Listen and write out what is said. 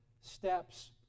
steps